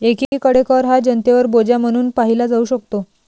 एकीकडे कर हा जनतेवर बोजा म्हणून पाहिला जाऊ शकतो